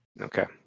Okay